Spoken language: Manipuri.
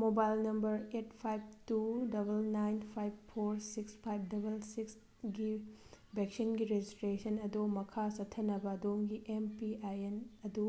mobile number at five two double nine five four six five double six ꯒꯤ ꯚꯦꯛꯁꯤꯟꯒꯤ ꯔꯦꯖꯤꯁꯇ꯭ꯔꯦꯁꯟ ꯑꯗꯨ ꯃꯈꯥ ꯆꯠꯊꯅꯕ ꯑꯗꯣꯝꯒꯤ ꯑꯦꯝ ꯄꯤ ꯑꯥꯏ ꯑꯦꯟ ꯑꯗꯨ